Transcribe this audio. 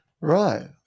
Right